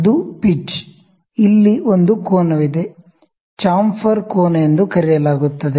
ಅದು ಪಿಚ್ ಇಲ್ಲಿ ಒಂದು ಕೋನವಿದೆ ಚಾಂಫರ್ ಕೋನ ಎಂದು ಕರೆಯಲಾಗುತ್ತದೆ